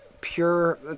pure